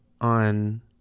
on